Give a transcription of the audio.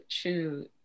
true